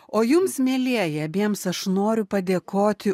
o jums mielieji abiems aš noriu padėkoti